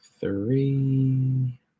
three